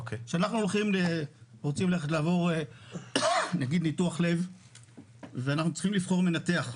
כשאנחנו רוצים לעבור נגיד ניתוח לב ואנחנו צריכים לבחור מנתח,